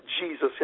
Jesus